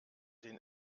den